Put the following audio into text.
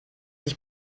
sich